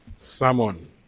salmon